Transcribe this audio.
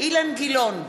אילן גילאון,